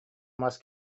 мас